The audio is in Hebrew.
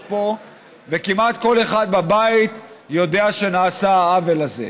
פה וכמעט כל אחד בבית יודע שנעשה העוול הזה.